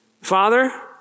Father